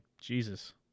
Jesus